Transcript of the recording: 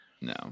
No